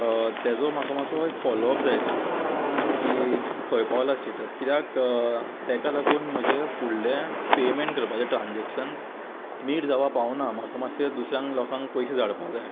तेजो म्हाका मातसो एक फोलो अप जाय आशिल्लो की खंय पावलां स्टेटस किद्याक तेका लागून म्हजे फुडले पेमेंट करपाचे ट्रान्जॅक्शन्स मीट जाव पावना म्हाका मातशें दुसऱ्यांक लोकांक पयशे धाडपा जाय